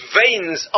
veins